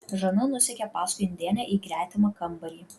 žana nusekė paskui indėnę į gretimą kambarį